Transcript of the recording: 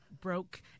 broke